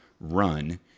run